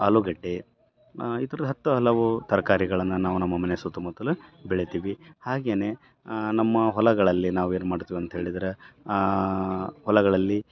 ಆಲೂಗಡ್ಡೆ ಈ ಥರ ಹತ್ತು ಹಲವು ತರಕಾರಿಗಳನ್ನ ನಾವು ನಮ್ಮ ಮನೆ ಸುತ್ತಮುತ್ತಲೂ ಬೆಳೀತೀವಿ ಹಾಗೆಯೇ ನಮ್ಮ ಹೊಲಗಳಲ್ಲಿ ನಾವು ಏನು ಮಾಡ್ತೀವಿ ಅಂತ ಹೇಳಿದರೆ ಹೊಲಗಳಲ್ಲಿ